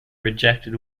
rejected